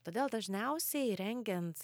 todėl dažniausiai rengiant